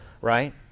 right